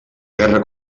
guerra